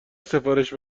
سفارش